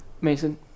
Mason